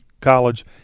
College